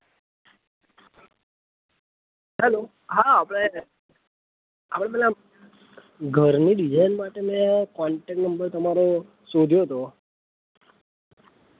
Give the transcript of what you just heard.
hello હા આપણે આપણે પેલા ઘરની ડિઝાઈન માટે મેં કોન્ટેક નંબર તમારો શોધ્યો હતો